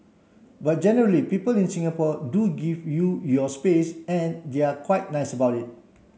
but generally people in Singapore do give you your space and they're quite nice about it